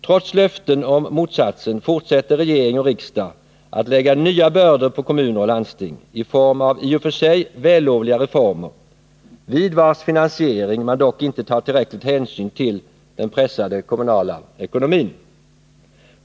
Trots löfte om motsatsen fortsätter regering och riksdag att lägga nya bördor på kommuner och landsting i form av i och för sig vällovliga reformer, vid vilkas finansiering man dock inte tar tillräcklig hänsyn till den pressade kommunala ekonomin.